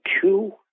two